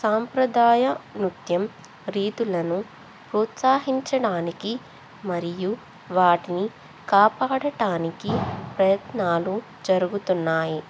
సాంప్రదాయ నృత్యం రీతులను ప్రోత్సాహించడానికి మరియు వాటిని కాపాడటానికి ప్రయత్నాలు జరుగుతున్నాయి